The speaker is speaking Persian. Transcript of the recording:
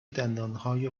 دندانهای